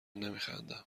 نمیخندم